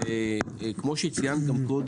כפי שציינת,